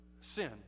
sin